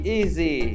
easy